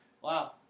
Wow